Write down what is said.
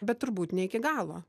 bet turbūt ne iki galo